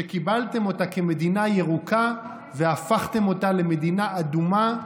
שקיבלתם אותה כמדינה ירוקה והפכתם אותה למדינה אדומה,